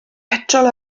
petrol